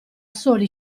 soli